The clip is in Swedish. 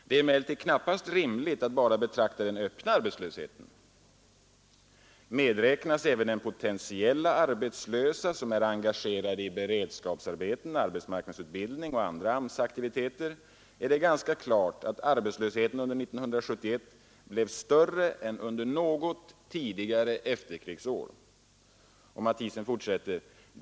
Det är emellertid knappast rimligt att bara betrakta den öppna arbetslösheten. Medräknas även potentiella arbetslösa som är engagerade i beredskapsarbeten, arbetsmarknadsutbildning och andra AMS-aktiviteter är det ganska klart att arbetslösheten under 1971 blev större än under något tidigare efterkrigsår.